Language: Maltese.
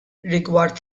rigward